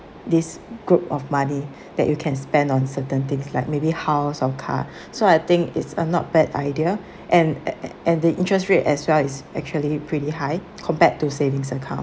this group of money that you can spend on certain things like maybe house or car so I think it's a not bad idea and a~ a~ and the interest rate as well it's actually pretty high compared to savings account